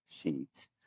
sheets